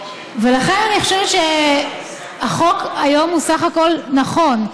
לכן אני חושבת שהחוק היום הוא בסך הכול נכון.